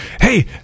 hey